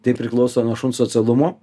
tai priklauso nuo šuns socialumo